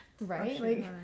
Right